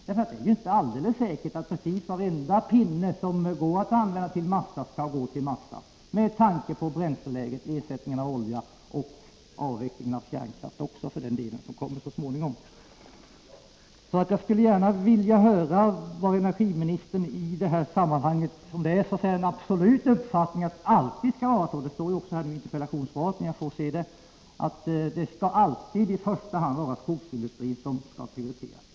Det är ju inte helt säkert att precis varenda pinne som går att använda till massa skall användas till massa, med tanke på bränsleläget, ersättningen av olja och avvecklingen av kärnkraft, som kommer så småningom. Jag skulle därför gärna vilja höra om energiministern i detta sammanhang har en bestämd uppfattning att det alltid skall vara så. Det står också i interpellationssvaret att det alltid i första hand skall vara skogsindustrin som skall prioriteras.